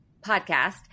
podcast